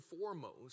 foremost